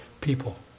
people